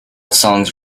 songs